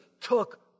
took